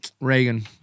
Reagan